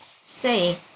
Say